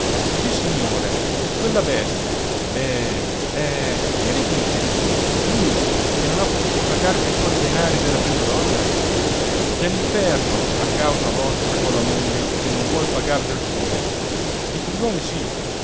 strada sissignore quella bestia eh eh che ne dite lui che non ha potuto pagarvi ancora i denari della prima donna c'è l'inferno a causa vostra con la moglie che non vuol pagare del suo i figliuoli sì